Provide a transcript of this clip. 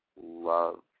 love